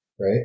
right